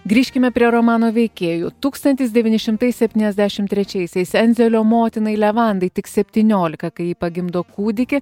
grįžkime prie romano veikėjų tūkstantis devyni šimtai septyniasdešim trečiaisiais enzelio motinai levandai tik septyniolika kai ji pagimdo kūdikį